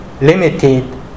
limited